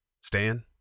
Stan